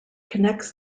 connects